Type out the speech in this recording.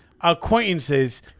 acquaintances